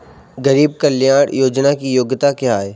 गरीब कल्याण योजना की योग्यता क्या है?